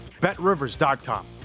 BetRivers.com